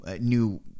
new